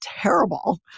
terrible